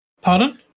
Pardon